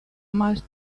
must